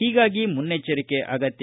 ಹೀಗಾಗಿ ಮನ್ನೆಚ್ಚರಿಕೆ ಅಗತ್ಯ